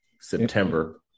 September